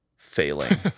Failing